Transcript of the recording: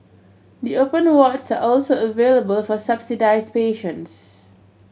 the open wards are also available for subsidised patients